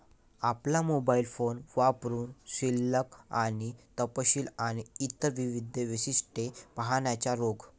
आपला mobile phone वापरुन शिल्लक आणि तपशील आणि इतर विविध वैशिष्ट्ये पाहण्याचा योग